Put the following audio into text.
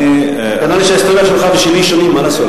כנראה ההיסטוריה שלך ושלי שונות, מה לעשות.